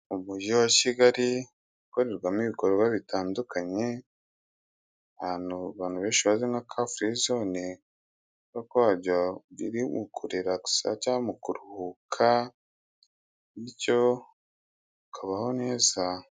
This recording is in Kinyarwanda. Umujyi wa kigali ukorerwamo ibikorwa bitandukanye ahantu abantu benshi bazi nka ka furi zone kwabyo biri mu kureragisa cyangwa mu kuruhuka bityo ukabaho neza.